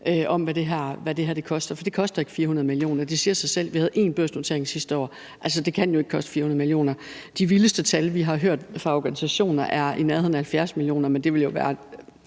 om, hvad det her koster. For det koster ikke 400 mio. kr. Det siger sig selv. Vi havde én børsnotering sidste år. Altså, det kan jo ikke koste 400 mio. kr. De vildeste tal, vi har hørt fra organisationer, er i nærheden af 70 mio. kr., men det ville også være